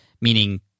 meaning